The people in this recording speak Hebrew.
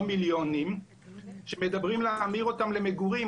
מיליונים שמדברים על להמיר אותם למגורים.